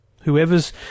whoever's